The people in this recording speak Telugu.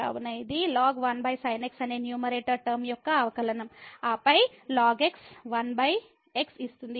కావున ఇది ln అనే న్యూమరేటర్ టర్మ యొక్క అవకలనం ఆపై ln x 1 x ఇస్తుంది